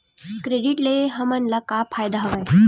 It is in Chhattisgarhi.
क्रेडिट ले हमन ला का फ़ायदा हवय?